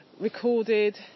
recorded